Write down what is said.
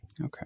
Okay